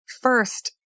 First